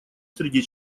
среди